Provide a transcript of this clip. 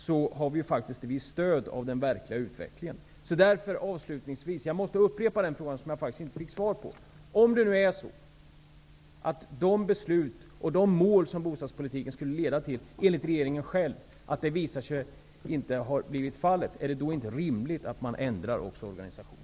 Vi har faktiskt visst stöd av den verkliga utvecklingen. Avslutningsvis upprepar jag den fråga som jag inte fick svar på. Om de beslut och de mål som bostadspolitiken skulle leda till enligt regeringen själv inte visar sig kunna uppnås, är det då inte rimligt att man ändrar organisationen?